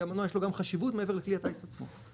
כי המנוע יש לו גם חשיבות מעבר לכלי הטייס עצמו.